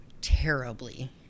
terribly